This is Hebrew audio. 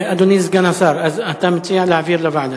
אדוני סגן השר, אז אתה מציע להעביר לוועדה.